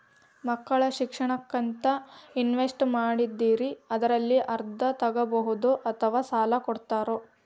ಮಕ್ಕಳ ಶಿಕ್ಷಣಕ್ಕಂತ ಇನ್ವೆಸ್ಟ್ ಮಾಡಿದ್ದಿರಿ ಅದರಲ್ಲಿ ಅರ್ಧ ತೊಗೋಬಹುದೊ ಅಥವಾ ಸಾಲ ಕೊಡ್ತೇರೊ?